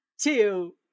two